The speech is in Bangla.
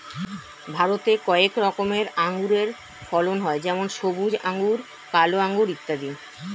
ভারতে কয়েক রকমের আঙুরের ফলন হয় যেমন সবুজ আঙুর, কালো আঙুর ইত্যাদি